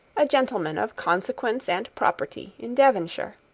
a gentleman of consequence and property in devonshire.